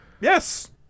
Yes